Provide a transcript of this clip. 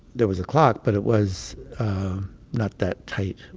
there was a clock, but it was not that tight.